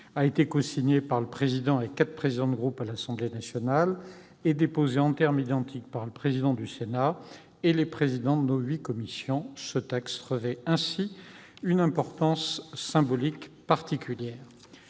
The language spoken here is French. a été cosignée par le président et par quatre présidents de groupe de l'Assemblée nationale et déposée en termes identiques par le président du Sénat et les présidents de nos huit commissions. Ce texte revêt ainsi une importance symbolique particulière.